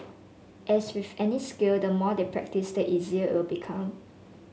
as with any skill the more they practise the easier it will become